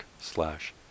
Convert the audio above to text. slash